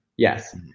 Yes